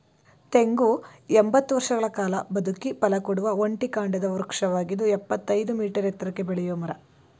ತೆಂಗು ಎಂಬತ್ತು ವರ್ಷಗಳ ಕಾಲ ಬದುಕಿ ಫಲಕೊಡುವ ಒಂಟಿ ಕಾಂಡದ ವೃಕ್ಷವಾಗಿದ್ದು ಇಪ್ಪತ್ತಯ್ದು ಮೀಟರ್ ಎತ್ತರಕ್ಕೆ ಬೆಳೆಯೋ ಮರ